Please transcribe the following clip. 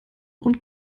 und